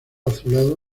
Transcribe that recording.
azulado